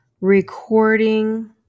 recording